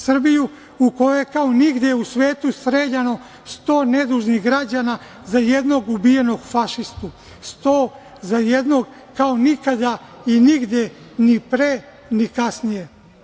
Srbiju u kojoj je kao nigde u svetu streljano 100 nedužnih građana za jednog ubijenog fašistu, 100 za jednog kao nikada i nigde, ni pre, ni kasnije.